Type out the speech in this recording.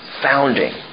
founding